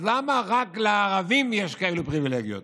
אז למה רק לערבים יש כאלה פריבילגיות?